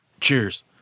cheers